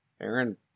Aaron